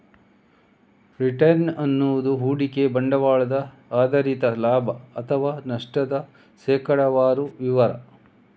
return ಅನ್ನುದು ಹೂಡಿಕೆ ಬಂಡವಾಳ ಆಧರಿಸಿ ಲಾಭ ಅಥವಾ ನಷ್ಟದ ಶೇಕಡಾವಾರು ವಿವರ